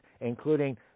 including